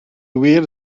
wir